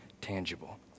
tangible